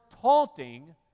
taunting